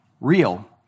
real